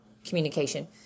communication